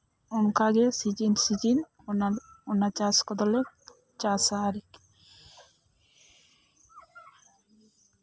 ᱚᱱᱠᱟᱜᱮ ᱥᱤᱡᱤᱼᱥᱤᱡᱤᱱ ᱚᱱᱟ ᱪᱟᱥ ᱠᱚᱫᱚᱞᱮ ᱪᱟᱥᱟ ᱟᱨ